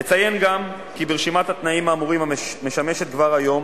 אציין גם כי רשימת התנאים האמורים משמשת כבר היום